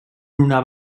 una